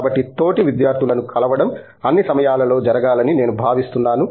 కాబట్టి తోటి విద్యార్థులను కలవడం అన్ని సమయాలలో జరగాలని నేను భావిస్తున్నాను